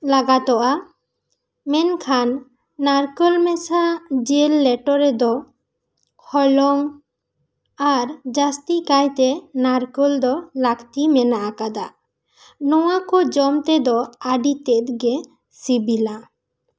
ᱞᱟᱜᱟᱛᱚᱜᱼᱟ ᱢᱮᱱᱠᱷᱟᱱ ᱱᱟᱨᱠᱚᱞ ᱢᱮᱥᱟ ᱡᱤᱞ ᱞᱮᱴᱚ ᱨᱮᱫᱚ ᱦᱚᱞᱚᱝ ᱟᱨ ᱡᱟᱹᱥᱛᱤ ᱠᱟᱭ ᱛᱮ ᱱᱟᱨᱠᱚᱞ ᱫᱚ ᱞᱟᱹᱠᱛᱤ ᱢᱮᱱᱟᱜ ᱟᱠᱟᱫᱟ ᱱᱚᱣᱟ ᱠᱚ ᱡᱚᱢ ᱛᱮᱫᱚ ᱟᱹᱰᱤ ᱛᱮᱫ ᱜᱮ ᱥᱤᱵᱤᱞᱟ